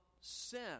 sin